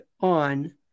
on